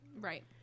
Right